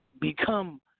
become